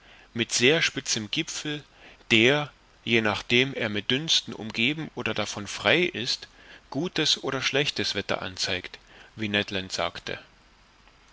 mit sehr spitzem gipfel der je nachdem er mit dünsten umgeben oder davon frei ist gutes oder schlechtes wetter anzeigt wie ned land sagte